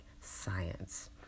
science